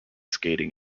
skating